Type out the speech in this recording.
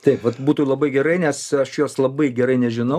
taip vat būtų labai gerai nes aš jos labai gerai nežinau